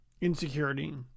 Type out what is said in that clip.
insecurity